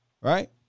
right